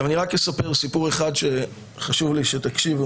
אני רק אספר סיפור אחד שחשוב לי שתשמעו,